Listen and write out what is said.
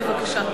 בבקשה.